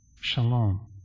Shalom